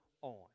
on